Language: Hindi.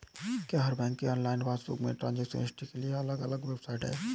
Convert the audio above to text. क्या हर बैंक के ऑनलाइन पासबुक में ट्रांजेक्शन हिस्ट्री के लिए अलग वेबसाइट है?